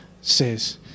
says